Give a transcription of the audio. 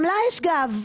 גם לה יש גב.